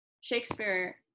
Shakespeare